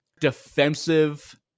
defensive